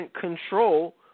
control